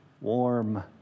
warm